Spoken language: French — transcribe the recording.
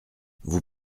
vous